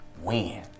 Win